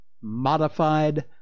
modified